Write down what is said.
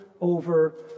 over